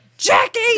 Jackie